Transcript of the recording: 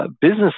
business